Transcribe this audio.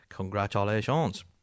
Congratulations